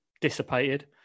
dissipated